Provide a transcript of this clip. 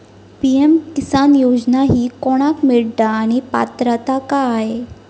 PM Kisan योजना ही कोणाक मिळता आणि पात्रता काय?